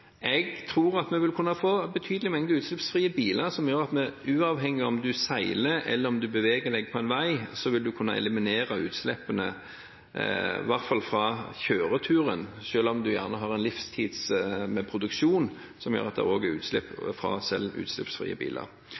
vi, uavhengig av om vi seiler eller beveger oss på en vei, vil kunne eliminere utslippene, i hvert fall fra kjøreturen, selv om en gjerne har en livstidsproduksjon som gjør at det er utslipp selv fra utslippsfrie biler.